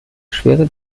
schwere